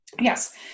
Yes